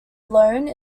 lone